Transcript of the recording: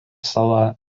sala